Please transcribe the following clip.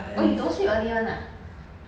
oh you don't sleep early [one] ah